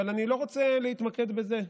אבל אני לא רוצה להתמקד בזה.